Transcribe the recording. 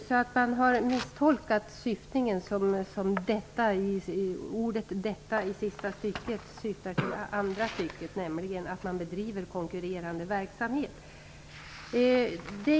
Man har alltså misstolkat syftningen när det gäller ordet detta i sista stycket i min fråga. Det syftar på det andra stycket, nämligen på att man bedriver konkurrerande verksamhet.